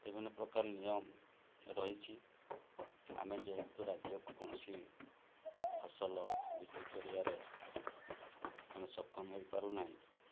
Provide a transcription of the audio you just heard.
ବିଭିନ୍ନ ପ୍ରକାର ନିୟମ ରହିଛି ଆମେ ଯେହେତୁ ରାଜ୍ୟକୁ କୌଣସି ଫସଲ ବିକ୍ରି କରିବାରେ ଆମେ ସକ୍ଷମ ହୋଇପାରୁନାହିଁ